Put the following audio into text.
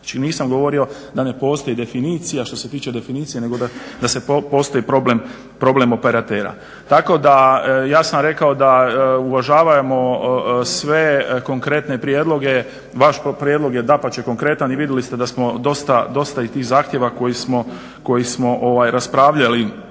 Znači nisam govorio da ne postoji definicija, što se tiče definicija, nego da se postoji problem operatera. Tako da ja sam rekao da uvažavamo sve konkretne prijedloge. Vaš prijedlog je dapače konkretan i vidjeli ste da smo dosta i tih zahtjeva koje smo raspravljali